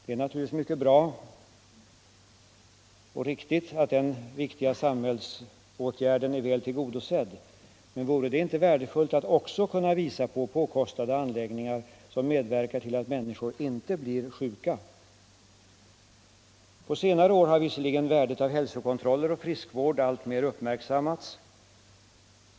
Det är naturligtvis mycket bra och riktigt att denna viktiga samhällsåtgärd är väl till godosedd, men vore det inte värdefullt att också kunna visa påkostade anläggningar som medverkar till att människor inte blir sjuka? På senare år har visserligen värdet av hälsokontroller och friskvård alltmer uppmärksammats.